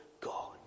God